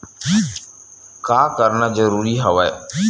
का करना जरूरी हवय?